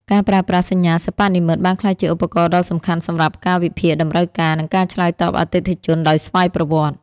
ការប្រើប្រាស់បញ្ញាសិប្បនិម្មិតបានក្លាយជាឧបករណ៍ដ៏សំខាន់សម្រាប់ការវិភាគតម្រូវការ និងការឆ្លើយតបអតិថិជនដោយស្វ័យប្រវត្តិ។